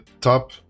Top